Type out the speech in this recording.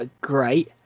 Great